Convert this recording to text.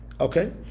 Okay